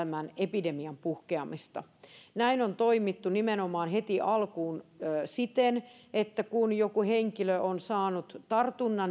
epidemian puhkeamista näin on toimittu nimenomaan heti alkuun siten että kun joku henkilö on saanut tartunnan